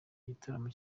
igitaramo